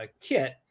kit